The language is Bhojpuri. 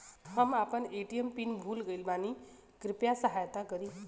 हम आपन ए.टी.एम पिन भूल गईल बानी कृपया सहायता करी